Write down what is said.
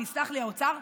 ויסלח לי האוצר,